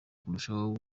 kurushaho